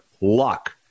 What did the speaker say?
luck